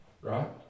right